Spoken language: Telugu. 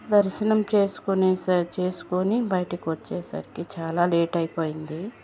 దర్శనం చేస్కోనేసి చేస్కోని బయటికొచ్చేసరికి చాలా లేటైయిపోయింది